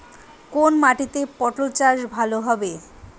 কোন মাটিতে পটল চাষ ভালো হবে?